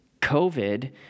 covid